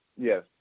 Yes